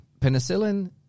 Penicillin